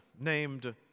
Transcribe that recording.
named